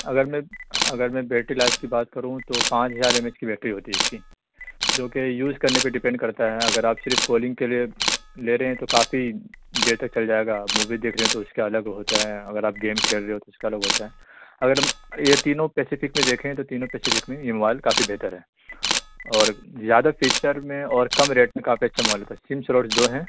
اگر میں اگر میں بیٹری لائف کی بات کروں تو پانچ ہزار ایم اے ایچ کی بیٹری ہوتی ہے اس کی جوکہ یوز کرنے پہ ڈیپینڈ کرتا ہے اگر آپ صرف کالنگ کے لیے لے رہے ہیں تو کافی بہتر چل جائے گا مووی دیکھ رہے ہیں تو اس کا الگ ہوتا ہے اگر آپ گیم کھیل رہے ہو تو اس کا الگ ہوتا ہے اگر ہم یہ تینوں پیسفک میں دیکھیں تو تینوں پیسفک میں یہ موبائل کافی بہتر ہے اور زیادہ فیچر میں اور کم ریٹ میں کافی اچھا موبائل ہوتا ہے سم سلوٹس دو ہیں